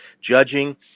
Judging